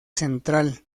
central